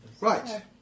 Right